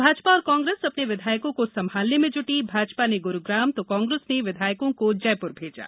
भाजपा और कांग्रेस अपने विधायकों को संभालने में जुटी भाजपा ने गुरुग्राम तो कांग्रेस ने विधायकों को जयपुर भेजा